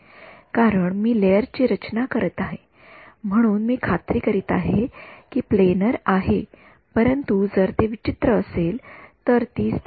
विद्यार्थीः कारण मी लेयरची रचना तयार करीत आहे म्हणून मी खात्री करीत आहे की ते प्लेनर आहे परंतु जर ते विचित्र असेल तर ती अंदाजे स्थानिक स्थिती असेल